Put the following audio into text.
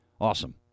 Awesome